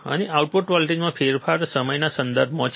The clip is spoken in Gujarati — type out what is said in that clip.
અને આઉટપુટ વોલ્ટેજમાં ફેરફાર સમયના સંદર્ભમાં છે